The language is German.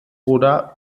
oder